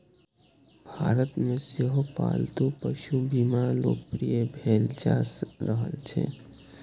भारत मे सेहो पालतू पशु बीमा लोकप्रिय भेल जा रहल छै